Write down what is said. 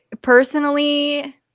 personally